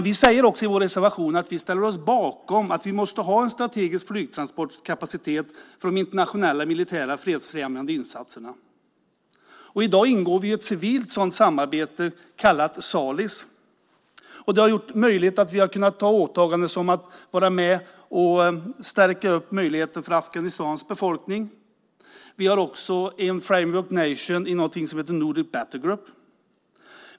Vi säger också i vår reservation att vi ställer oss bakom att vi måste ha en strategisk flygtransportkapacitet för de internationella militära fredsfrämjande insatserna. I dag ingår vi i ett civilt sådant samarbete kallat Salis. Det har gjort det möjligt att göra sådana åtaganden som att vara med och stärka möjligheterna för Afghanistans befolkning. Vi är också en framework nation i någonting som heter Nordic Battlegroup.